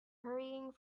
hurrying